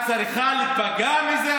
את צריכה להיפגע מזה?